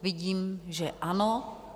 Vidím, že ano.